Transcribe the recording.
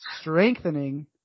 strengthening